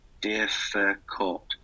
difficult